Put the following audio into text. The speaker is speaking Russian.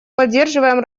поддерживаем